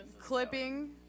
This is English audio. clipping